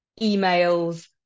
emails